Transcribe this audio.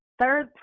third